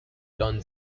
don